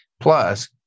Plus